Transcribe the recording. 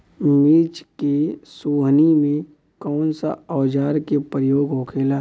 मिर्च के सोहनी में कौन सा औजार के प्रयोग होखेला?